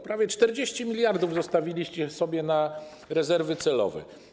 Prawie 40 mld zostawiliście sobie na rezerwy celowe.